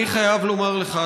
אני חייב לומר לך,